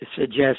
suggest